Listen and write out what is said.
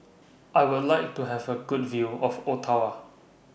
I Would like to Have A Good View of Ottawa